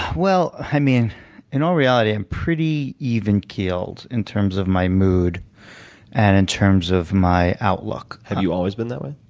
well, in in all reality, i'm pretty even-keeled in terms of my mood and in terms of my outlook. have you always been that way?